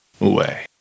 away